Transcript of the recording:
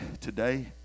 today